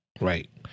Right